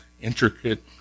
intricate